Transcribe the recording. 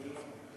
אדוני,